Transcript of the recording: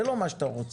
זה לא מה שאתה רוצה.